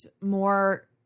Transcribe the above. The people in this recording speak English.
more